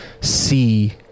see